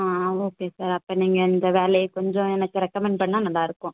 ஆ okay sir அப்போ நீங்கள் இந்த வேலையை கொஞ்சம் எனக்கு ரெக்கமெண்ட் பண்ணிணா நல்லாயிருக்கும்